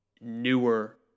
newer